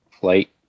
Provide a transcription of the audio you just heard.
flight